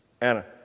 Anna